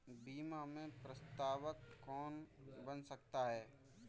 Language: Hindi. बीमा में प्रस्तावक कौन बन सकता है?